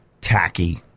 tacky